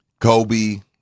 Kobe